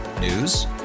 News